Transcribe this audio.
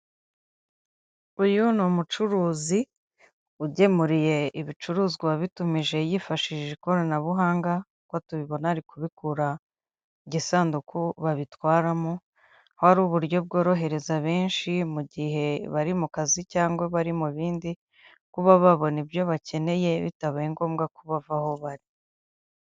Uyu ni umucuruzi ugemuriye ibicuruzwa uwabitumije yifashishije ikoranabuhanga, nk'uko tubibona ari kubikura igisanduku babitwaramo, hari uburyo bworohereza benshi mu gihe bari mu kazi cyangwa bari mu bindi, kuba babona ibyo bakeneye bitabaye ngombwa kuba bava aho bari.